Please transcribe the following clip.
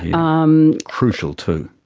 um crucial too.